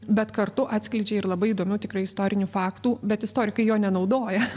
bet kartu atskleidžia ir labai įdomių tikrai istorinių faktų bet istorikai jo nenaudoja